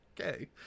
okay